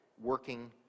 working